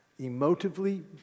emotively